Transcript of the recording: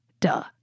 Duh